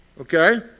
Okay